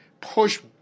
push